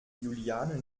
juliane